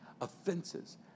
offenses